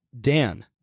Dan